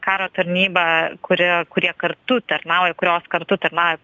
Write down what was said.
karo tarnybą kuri kurie kartu tarnauja kurios kartu tarnauja